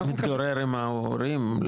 מתגורר עם ההורים,